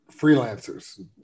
freelancers